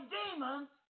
demons